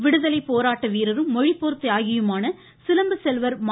C விடுதலை போராட்ட வீரரும் மொழிப்போர் தியாகியுமான சிலம்பு செல்வர் ம